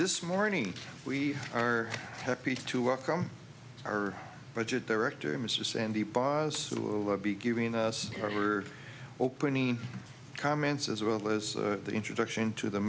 this morning we are happy to welcome our budget director mr sandeep boss who will be giving us our word opening comments as well as the introduction to the